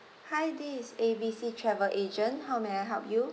hi this is A B C travel agent how may help you